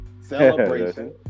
celebration